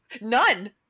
None